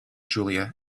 julia